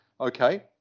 okay